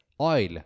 oil